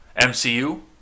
MCU